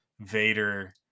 Vader